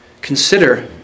Consider